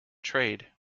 trade